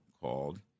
called